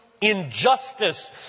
injustice